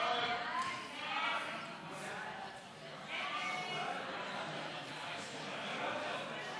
סעיפים 1 5 נתקבלו.